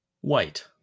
white